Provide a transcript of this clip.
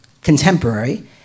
contemporary